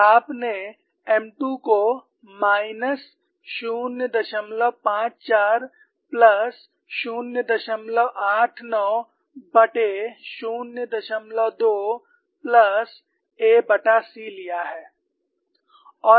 और आपने M2 को माइनस 054 प्लस 08902 प्लस ac लिया है